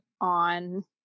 on